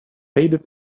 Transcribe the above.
faded